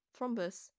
thrombus